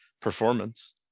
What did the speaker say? performance